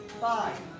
five